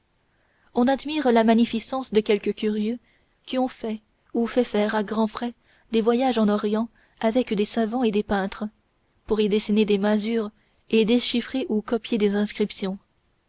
on admire la magnificence de quelques curieux qui ont fait ou fait faire à grands frais des voyages en orient avec des savants et des peintres pour y dessiner des masures et déchiffrer ou copier des inscriptions